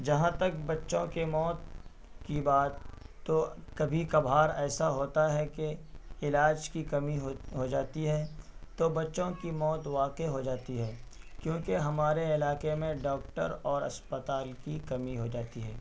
جہاں تک بچوں کے موت کی بات تو کبھی کبھار ایسا ہوتا ہے کہ علاج کی کمی ہو جاتی ہے تو بچوں کی موت واقع ہو جاتی ہے کیونکہ ہمارے علاقے میں ڈاکٹر اور اسپتال کی کمی ہو جاتی ہے